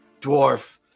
dwarf